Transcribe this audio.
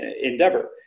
endeavor